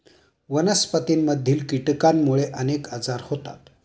वनस्पतींमधील कीटकांमुळे अनेक आजार होतात